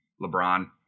LeBron